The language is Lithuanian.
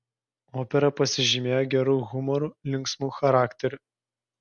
opera pasižymėjo geru humoru linksmu charakteriu